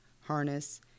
harness